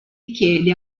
chiede